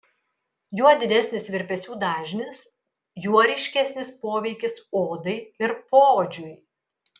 juo didesnis virpesių dažnis juo ryškesnis poveikis odai ir poodžiui